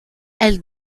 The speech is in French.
elle